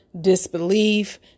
disbelief